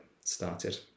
started